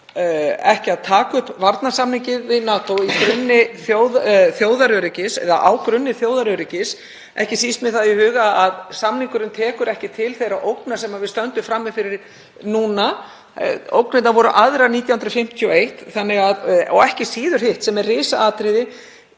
eigi að taka upp varnarsamninginn við NATO á grunni þjóðaröryggis, ekki síst með það í huga að samningurinn tekur ekki til þeirra ógna sem við stöndum frammi fyrir núna? Ógnirnar voru aðrar 1951. Og ekki síður hitt, sem er risaatriði,